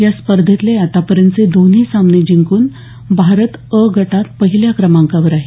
या स्पर्धेतले आतापर्यंतचे दोन्ही सामने जिंकून भारत अ गटात पहिल्या क्रमांकावर आहे